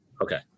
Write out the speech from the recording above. okay